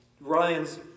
Ryan's